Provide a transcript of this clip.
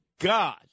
God